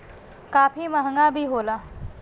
काफी महंगा भी होला